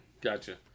Gotcha